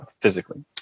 physically